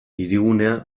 hirigunea